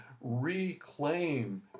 reclaim